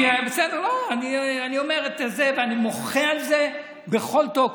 אני מוחה על זה בכל תוקף.